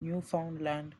newfoundland